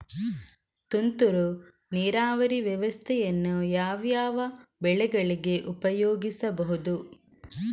ತುಂತುರು ನೀರಾವರಿ ವ್ಯವಸ್ಥೆಯನ್ನು ಯಾವ್ಯಾವ ಬೆಳೆಗಳಿಗೆ ಉಪಯೋಗಿಸಬಹುದು?